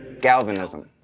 galvanism.